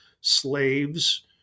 slaves